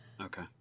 Okay